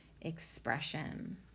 expression